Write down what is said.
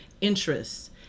interests